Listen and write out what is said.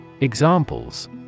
Examples